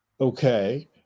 Okay